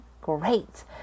great